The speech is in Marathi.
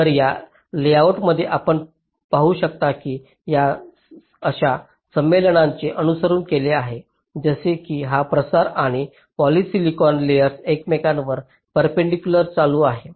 तर आपण या लेआउटमध्ये पाहू शकता की आम्ही अशा संमेलनाचे अनुसरण केले आहे जसे की हा प्रसार आणि पॉलिसिलिकॉन लेयर्स एकमेकांवर पेरपेंडीकलर चालू आहेत